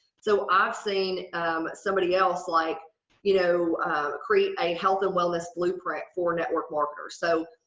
so i've seen somebody else like you know create a health and wellness blueprint for network marketers. so,